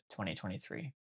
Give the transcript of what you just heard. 2023